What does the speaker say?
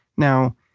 now,